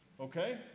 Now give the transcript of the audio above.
Okay